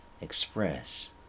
Express